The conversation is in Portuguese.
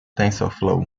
tensorflow